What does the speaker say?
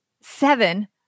seven